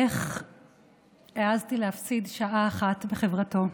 איך העזתי להפסיד שעה אחת בחברתו?